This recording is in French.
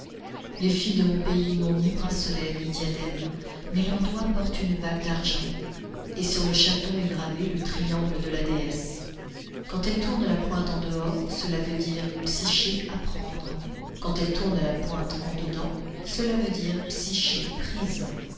les filles de mon pays n'ont ni bracelets ni diadèmes mais leur doigt porte une bague d'argent et sur le chaton est gravé le triangle de la déesse quand elles tournent la pointe en dehors cela veut dire psyché à prendre quand elles tournent la pointe en dedans cela veut dire psyché prise